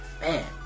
Man